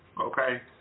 okay